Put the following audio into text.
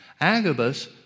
Agabus